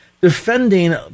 defending